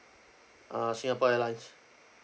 uh singapore airlines